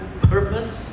purpose